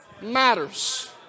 Matters